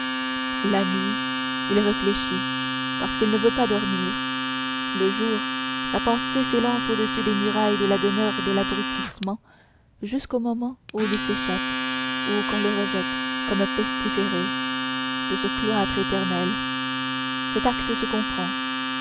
la nuit il réfléchit parce qu'il ne veut pas dormir le jour sa pensée s'élance au-dessus des murailles de la demeure de l'abrutissement jusqu'au moment où il s'échappe ou qu'on le rejette comme un pestiféré de ce cloître éternel cet acte se comprend